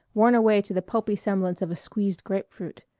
worn away to the pulpy semblance of a squeezed grapefruit.